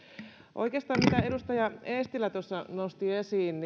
oikeastaan oli erittäin hyvää se mitä edustaja eestilä tuossa puheenvuorossaan nosti esiin